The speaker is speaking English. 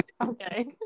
Okay